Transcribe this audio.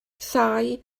thai